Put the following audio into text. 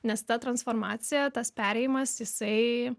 nes ta transformacija tas perėjimas jisai